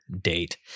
date